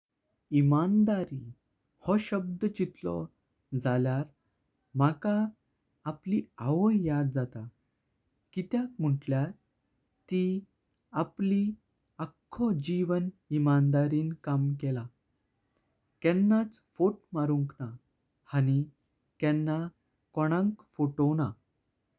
इमानदारी हो शब्द चित्तलो जाल्यार मका आपली आवई याद जाता। कित्याक मंटल्यार ती आपली आखो जीवन इमानदारिन काम केला केंनाच फोट मारुंक ना हानी केंना कोणांक फोटोना।